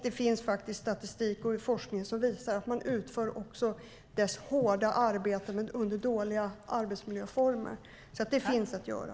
Det finns dessutom statistik och forskning som visar att de utför hårt arbete under dåliga arbetsmiljöformer. Det finns alltså att göra.